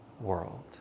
world